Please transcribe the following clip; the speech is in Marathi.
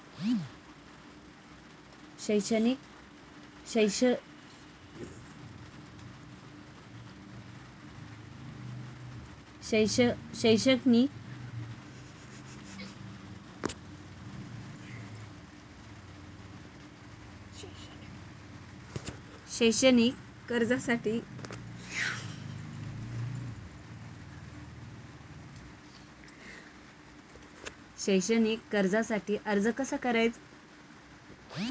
शैक्षणिक कर्जासाठी अर्ज कसा करायचा?